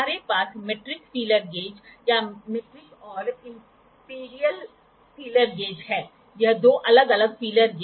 इसलिए यह अधिक सटीक है और एक बड़े एंगल के लिए हम इन क्लिनोमीटर का उपयोग करते हैं